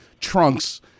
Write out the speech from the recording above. trunks